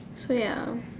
so ya